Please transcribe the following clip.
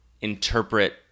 interpret